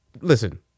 Listen